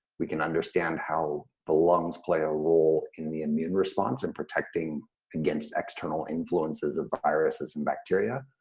we can understand how the lungs play a role in the immune response and protecting against external influences of viruses and bacteria.